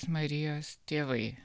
marijos tėvai